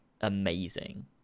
amazing